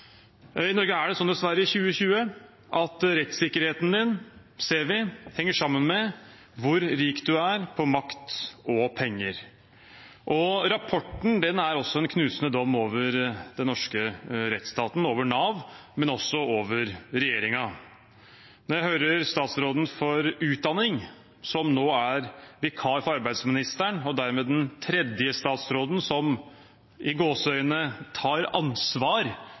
I Norge er det dessverre sånn i 2020 at vi ser rettssikkerheten din henger sammen med hvor rik du er på makt og penger. Rapporten er også en knusende dom over den norske rettsstaten – over Nav, men også over regjeringen. Når jeg hører statsråden for utdanning, som nå er vikar for arbeidsministeren og dermed den tredje statsråden som «tar ansvar» for denne saken, blir jeg enda mer styrket i